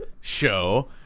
show